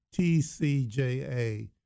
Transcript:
TCJA